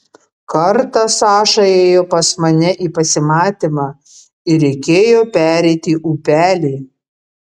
kartą saša ėjo pas mane į pasimatymą ir reikėjo pereiti upelį